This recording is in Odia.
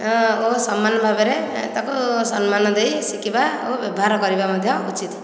ଓ ସମାନ ଭାବରେ ତାକୁ ସମ୍ମାନ ଦେଇ ଶିଖିବା ତାକୁ ବ୍ୟବହାର କରିବା ମଧ୍ୟ ଉଚିତ